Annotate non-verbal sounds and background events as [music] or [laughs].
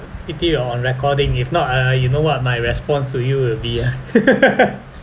pity we're on recording if not ah you know what my response to you will be ah [laughs]